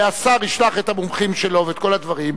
והשר ישלח את המומחים שלו ואת כל הדברים,